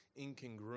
incongruent